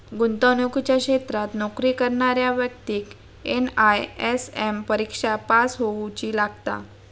गुंतवणुकीच्या क्षेत्रात नोकरी करणाऱ्या व्यक्तिक एन.आय.एस.एम परिक्षा पास होउची लागता